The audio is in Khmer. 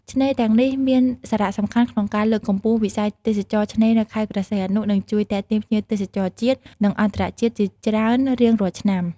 ឆ្នេរទាំងនេះមានសារៈសំខាន់ក្នុងការលើកកម្ពស់វិស័យទេសចរណ៍ឆ្នេរនៅខេត្តព្រះសីហនុ និងជួយទាក់ទាញភ្ញៀវទេសចរជាតិ និងអន្តរជាតិជាច្រើនរៀងរាល់ឆ្នាំ។